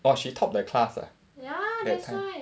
orh she topped the class ah that time